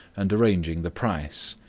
and arranging the price.